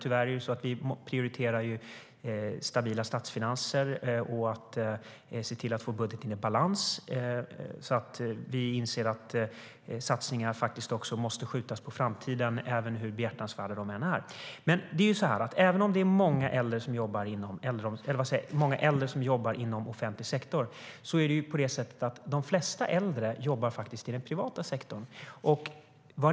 Tyvärr prioriterar vi stabila statsfinanser och att se till att få budgeten i balans. Vi inser också att satsningar måste skjutas på framtiden, hur behjärtansvärda de än är. Även om många äldre jobbar inom offentlig sektor jobbar faktiskt de flesta äldre i den privata sektorn.